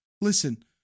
Listen